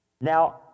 Now